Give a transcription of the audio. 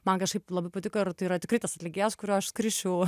man kažkaip labai patiko ir tai yra tikrai tas atlikėjas kurio aš skrisčiau